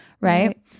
Right